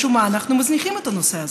משום מה אנחנו מזניחים את הנושא הזה.